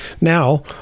Now